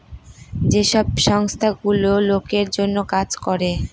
যে সব সংস্থা গুলো লোকের জন্য কাজ করে